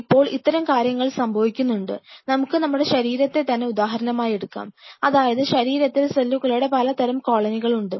അപ്പോൾ അത്തരം കാര്യങ്ങൾ സംഭവിക്കുന്നുണ്ട് നമുക്ക് നമ്മുടെ ശരീരത്തെ തന്നെ ഉദാഹരണമായെടുക്കാം അതായത് ശരീരത്തിൽ സെല്ലുകളുടെ പല തരം കോളനികൾ ഉണ്ട്